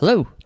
Hello